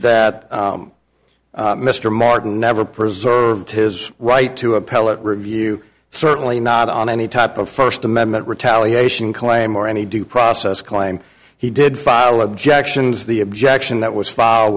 that mr martin never preserved his right to appellate review certainly not on any type of first amendment retaliation claim or any due process claim he did file objections the objection that was f